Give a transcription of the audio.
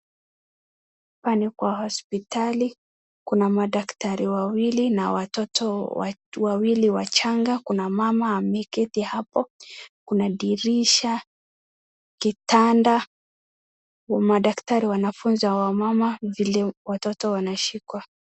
Hapa ni kwa hospitali, kuna madaktari wawili na watoto wawili wachanga. Kuna mama ameketi hapo. Kuna dirisha, kitanda. Madaktari wanafunza wamama vile watoto wanashikwa.